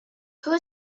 who